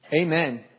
Amen